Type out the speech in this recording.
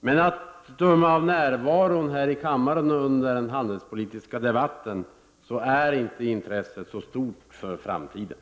Men att döma av närvaron i kammaren under den handelspolitiska debatten är inte intresset så stort för framtiden.